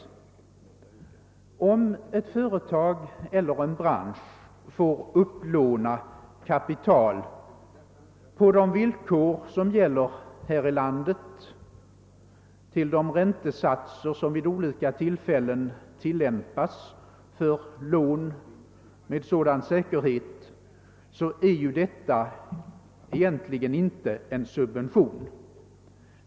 Om ett företag eller en bransch får upplåna kapital på de villkor som gäller här i landet och till de räntesatser som vid olika tillfällen tilllämpas för lån med den säkerhet som företaget erbjuder, är detta egentligen inte en subvention.